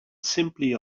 simply